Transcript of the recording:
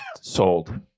sold